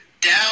down